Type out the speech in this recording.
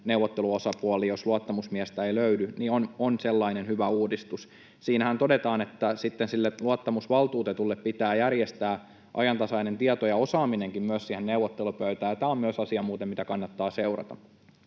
neuvotteluosapuoli, jos luottamusmiestä ei löydy — on sellainen hyvä uudistus. Siinähän todetaan, että sitten sille luottamusvaltuutetulle pitää järjestää ajantasainen tieto ja osaaminenkin siihen neuvottelupöytään, ja tämä on muuten myös asia, mitä kannattaa seurata.